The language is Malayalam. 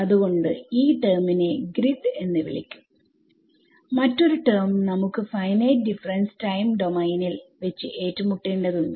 അതുകൊണ്ട് ഈ ടെർമിനെ ഗ്രിഡ് എന്ന് വിളിക്കും മറ്റൊരു ടെർമ് നമുക്ക് ഫൈനൈറ്റ് ഡിഫറെൻസ് ടൈം ഡൊമൈനിൽവെച്ച് ഏറ്റുമുട്ടേ ണ്ടതുണ്ട്